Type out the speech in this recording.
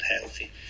healthy